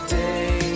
day